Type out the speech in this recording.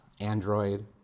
Android